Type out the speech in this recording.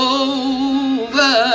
over